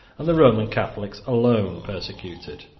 and the roman catholics alone persecuted.